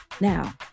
Now